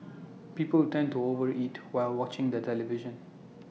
people tend to over eat while watching the television